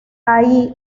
ahí